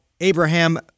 Abraham